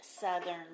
southern